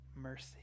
mercy